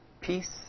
peace